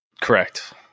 Correct